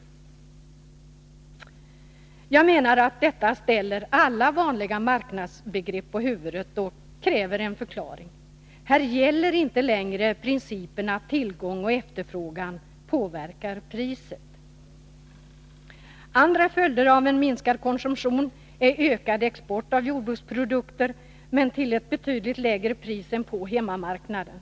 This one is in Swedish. Jag menar att detta ställer alla vanliga marknadsbegrepp på huvudet och kräver en förklaring. Här gäller inte längre principen att tillgång och efterfrågan påverkar priset. Andra följder av en minskad konsumtion är ökad export av jordbruks produkter men till ett betydligt lägre pris än på hemmamarknaden.